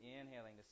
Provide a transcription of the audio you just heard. inhaling